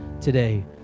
today